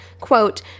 quote